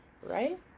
right